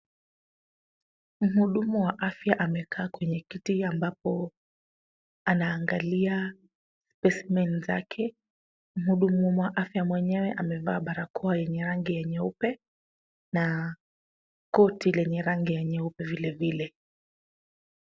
Mhudumu wa afya amekaa kwenye kiti ambapo anaangalia specimen zake. Mhudumu wa afya mwenyewe amevaa barakoa yenye rangi ya nyeupe na koti lenye rangi ya nyeupe vilevile.